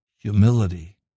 Humility